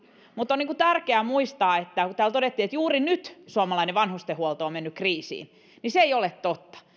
mutta on tärkeää muistaa että kun täällä todettiin että juuri nyt suomalainen vanhustenhuolto on mennyt kriisiin niin se ei ole totta